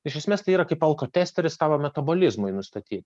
iš esmės tai yra kaip alkotesteris tavo metabolizmui nustatyt